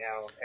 now